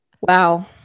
Wow